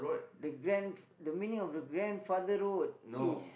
the grand the meaning of the grandfather road is